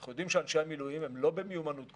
אנחנו יודעים שאנשי המילואים הם לא במיומנות גבוהה,